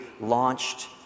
launched